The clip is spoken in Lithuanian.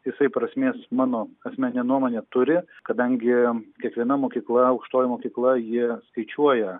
jisai prasmės mano asmenine nuomone turi kadangi kiekviena mokykla aukštoji mokykla ji skaičiuoja